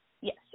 Yes